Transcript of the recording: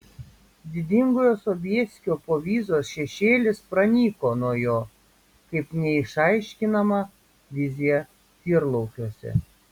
didingojo sobieskio povyzos šešėlis pranyko nuo jo kaip neišaiškinama vizija tyrlaukiuose